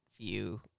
view